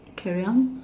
carry on